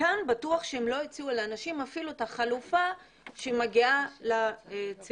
כאן בטוח שהם לא הציעו לאנשים אפילו את החלופה שמגיעה לציבור.